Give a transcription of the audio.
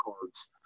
cards